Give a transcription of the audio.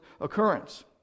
occurrence